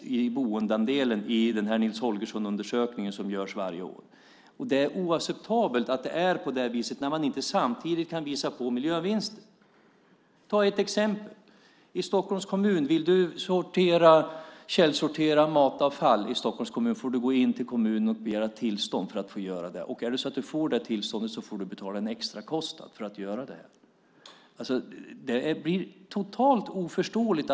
Det kan man se i den Nils Holgersson-undersökning som görs varje år. Det är oacceptabelt att det är på det här viset när man inte samtidigt kan visa på miljövinster. Jag har ett exempel: Om du i Stockholms kommun vill källsortera matavfall får du gå till kommunen för att begära tillstånd att göra det. Om du får tillstånd måste du betala en extrakostnad för att göra det. Ett sådant system blir totalt oförståeligt.